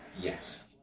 yes